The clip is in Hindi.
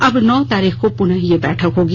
अब नौ तारीख को पुनः ये बैठक होगी